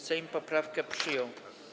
Sejm poprawkę przyjął.